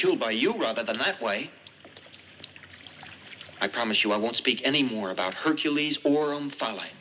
killed by you rather that way i promise you i won't speak any more about hercules or i'm fin